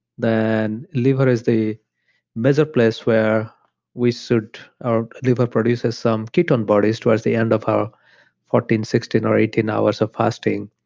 then liver is the major place where our sort of liver produces some ketone bodies towards the end of our fourteen, sixteen or eighteen hours of fasting.